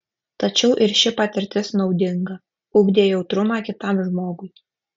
tačiau ir ši patirtis naudinga ugdė jautrumą kitam žmogui